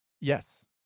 Yes